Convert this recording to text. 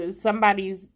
somebody's